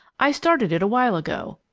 i started it a while ago.